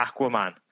Aquaman